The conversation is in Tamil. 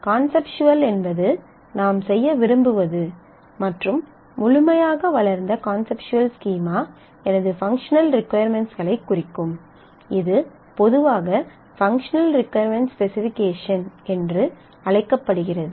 கான்செப்சுவல் என்பது நாம் செய்ய விரும்புவது மற்றும் முழுமையாக வளர்ந்த கான்செப்சுவல் ஸ்கீமா எனது பங்க்ஷனல் ரிஃகுயர்மென்ட்களைக் குறிக்கும் இது பொதுவாக பங்க்ஷனல் ரிஃகுயர்மென்ட் ஸ்பெசிபிகேஷன் என்று அழைக்கப்படுகிறது